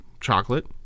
chocolate